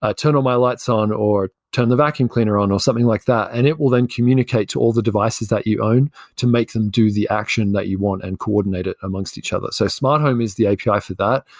ah turn on my lights on, or turn the vacuum cleaner on, or something like that. and it will then communicate to all the devices that you own to make them do the action that you want and coordinate it amongst each other. so smart home is the api ah for that.